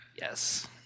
Yes